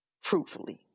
Fruitfully